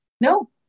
no